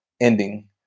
ending